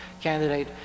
candidate